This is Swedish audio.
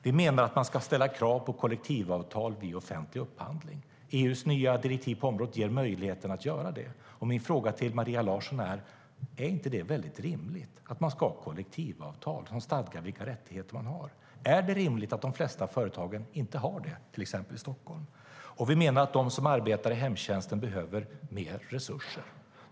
Vi menar att man ska ställa krav på kollektivavtal vid offentlig upphandling. EU:s nya direktiv på området ger möjlighet att göra det, och min fråga till Maria Larsson är om det inte är rimligt att det ska finnas kollektivavtal som stadgar vilka rättigheter de anställda har. Är det rimligt att de flesta företag till exempel i Stockholm inte har det? Vi menar också att de som arbetar i hemtjänsten behöver mer resurser.